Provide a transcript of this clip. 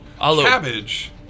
Cabbage